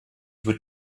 would